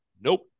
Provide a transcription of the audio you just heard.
nope